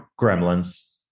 gremlins